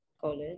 college